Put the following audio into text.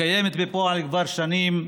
הקיימת בפועל כבר שנים,